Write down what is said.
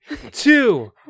two